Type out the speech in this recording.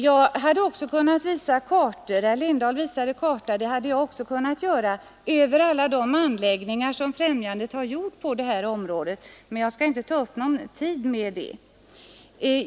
Jag hade också kunnat visa kartor — herr Lindahl gjorde ju det — över alla de anläggningar som Skidoch friluftsfrämjandet har i det här området, men jag skall inte ta upp tiden med det.